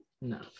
No